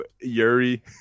Yuri